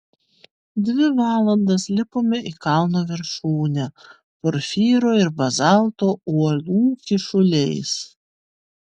dvi valandas lipome į kalno viršūnę porfyro ir bazalto uolų kyšuliais